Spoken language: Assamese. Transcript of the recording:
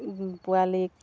পোৱালিক